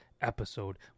episode